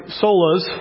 solas